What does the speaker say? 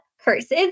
curses